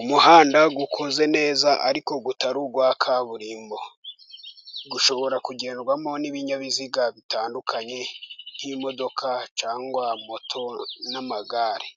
Umuhanda ukoze neza ariko utarirwa kaburimbo. Ushobora kugendwamo n'ibinyabiziga bitandukanye: nk'imodoka, cyangwa moto, n'amagare.